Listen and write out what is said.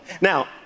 Now